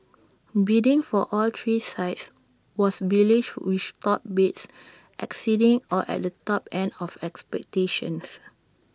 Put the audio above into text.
bidding for all three sites was bullish with top bids exceeding or at the top end of expectations